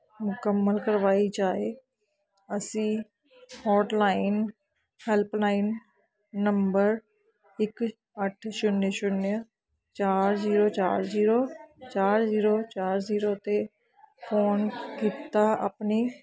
ਮੁਕੰਮਲ ਕਰਵਾਈ ਜਾਏ ਅਸੀਂ ਹੋਟਲਾਈਨ ਹੈਲਪਲਾਈਨ ਨੰਬਰ ਇੱਕ ਅੱਠ ਛੁਨਿਆ ਛੁਨਿਆ ਚਾਰ ਜ਼ੀਰੋ ਚਾਰ ਜ਼ੀਰੋ ਚਾਰ ਜ਼ੀਰੋ ਚਾਰ ਜ਼ੀਰੋ 'ਤੇ ਫੋਨ ਕੀਤਾ ਆਪਣੀ